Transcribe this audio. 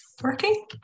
working